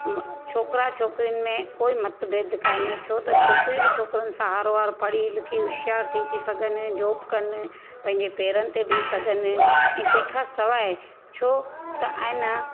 छोकिरा छोकिरियुनि में कोई मत भेद काने छो त छोकिरियूं बि छोकिरीनि सां हर वार पढ़ी लिखी होशियार थी थी सघनि जॉब कनि पंहिंजे पेरनि ते बीह सघनि ऐं तंहिं खां सवाइ छो त आहे न